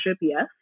Yes